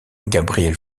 gabriel